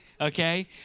okay